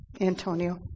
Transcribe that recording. Antonio